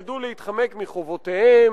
ידעו להתחמק מחובותיהם,